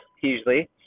usually